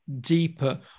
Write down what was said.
deeper